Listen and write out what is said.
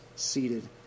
seated